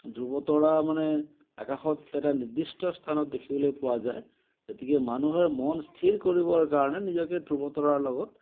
ধ্ৰুৱতৰা মানে আকাশত এটা নিৰ্দিষ্ট স্থানত দেখিবলৈ পোৱা যায় গতিকে মানুহে মন স্থিৰ কৰিবৰ কাৰণে নিজকে ধ্ৰুৱতৰাৰ লগত